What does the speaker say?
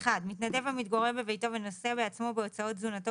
מתנדב המתגורר בביתו ונושא בעצמו בהוצאות תזונתו